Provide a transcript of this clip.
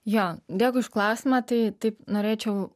jo dėkui už klausimą tai taip norėčiau